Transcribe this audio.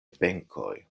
benkoj